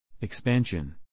Expansion